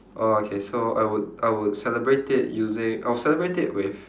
orh okay so I would I would celebrate it using I would celebrate it with